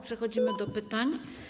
Przechodzimy do pytań.